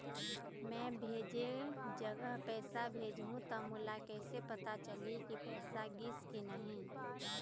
मैं भेजे जगह पैसा भेजहूं त मोला कैसे पता चलही की पैसा गिस कि नहीं?